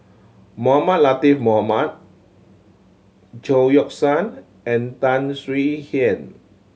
Mohamed Latiff Mohamed Chao Yoke San and Tan Swie Hian